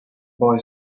boy